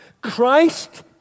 Christ